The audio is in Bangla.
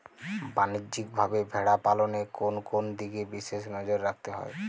বাণিজ্যিকভাবে ভেড়া পালনে কোন কোন দিকে বিশেষ নজর রাখতে হয়?